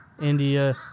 India